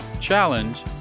challenge